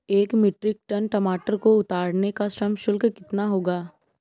एक metric tonne टमाटर को उतारने का श्रम शुल्क कितना होगा?